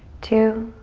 two.